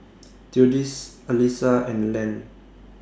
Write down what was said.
Theodis Alisa and Len